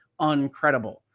uncredible